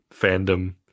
fandom